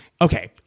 okay